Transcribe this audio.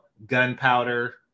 gunpowder